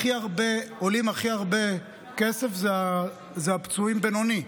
עולים הכי הרבה כסף הפצועים בינוני,